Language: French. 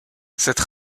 cette